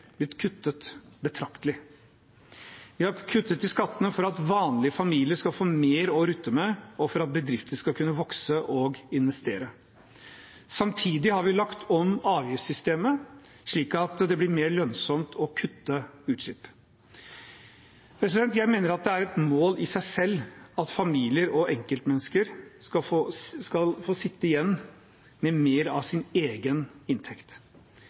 blitt kuttet betraktelig. Vi har kuttet i skattene for at vanlige familier skal få mer å rutte med, og for at bedrifter skal kunne vokse og investere. Samtidig har vi lagt om avgiftssystemet, slik at det blir mer lønnsomt å kutte utslipp. Jeg mener at det er et mål i seg selv at familier og enkeltmennesker skal få sitte igjen med mer av sin egen inntekt.